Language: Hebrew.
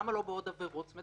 למה לא בעוד עבירות?